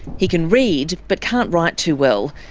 he can read, but can't write too well.